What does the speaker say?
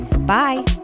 Bye